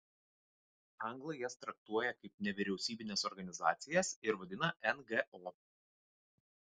anglai jas traktuoja kaip nevyriausybines organizacijas ir vadina ngo